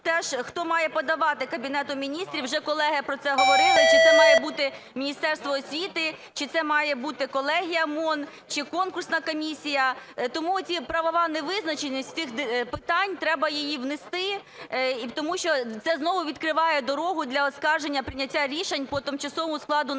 теж, хто має подавати Кабінету Міністрів, вже колеги про це говорили, чи це має бути Міністерство освіти, чи це має бути колегія МОН, чи конкурсна комісія. Тому оця правова невизначеність цих питань, треба її внести, тому що це знову відкриває дорогу для оскарження і прийняття рішень по тимчасовому складу НАЗЯВО.